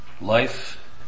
Life